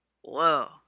Whoa